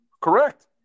Correct